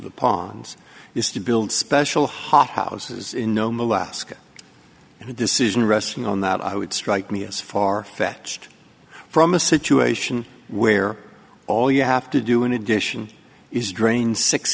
the ponds is to build special hot houses in nome alaska and the decision resting on that i would strike me as far fetched from a situation where all you have to do in addition is drain six